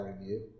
review